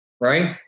right